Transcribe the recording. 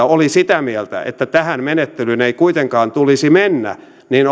oli sitä mieltä että tähän menettelyyn ei kuitenkaan tulisi mennä niin